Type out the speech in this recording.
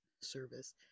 service